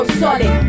solid